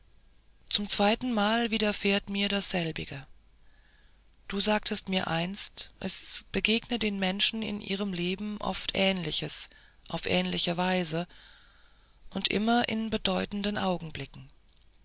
zum zweitenmal widerfährt mir dasselbige du sagtest mir einst es begegne den menschen in ihrem leben oft ähnliches auf ähnliche weise und immer in bedeutenden augenblicken